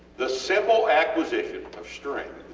the simple acquisition of strength,